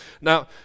Now